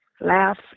laugh